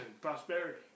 prosperity